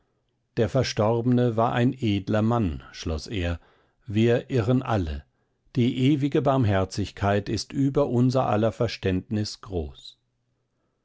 der verstorbene war ein edler mann schloß er wir irren alle die ewige barmherzigkeit ist über unser aller verständnis groß